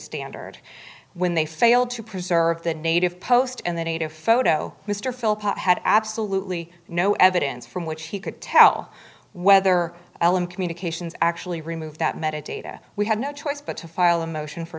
standard when they failed to preserve the native post and the native photo mr philip had absolutely no evidence from which he could tell whether l m communications actually removed that met a data we had no choice but to file a motion for